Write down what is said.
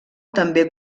també